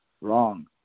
wrong